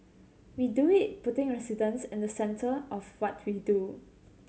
we do it putting residents in the centre of what we do